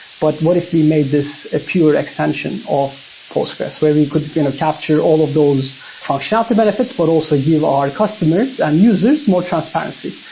but what if we made this a pure extension of postgres where we could capture all of those function out the benefits, but also give our customers and users more transparency?